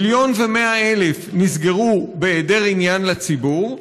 1.1 מיליון נסגרו בהיעדר עניין לציבור,